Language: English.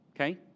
okay